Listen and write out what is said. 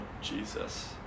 Jesus